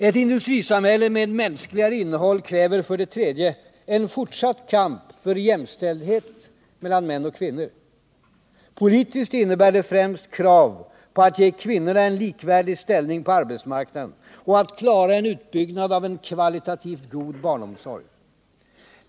Ett industrisamhälle med mänskligare innehåll kräver, för det tredje, en fortsatt kamp för jämställdhet mellan män och kvinnor. Politiskt innebär det främst krav på att ge kvinnorna en likvärdig ställning på arbetsmarknaden och att klara en utbyggnad av en kvalitativt god barnomsorg.